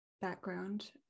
background